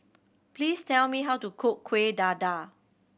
please tell me how to cook Kueh Dadar